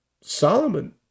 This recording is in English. Solomon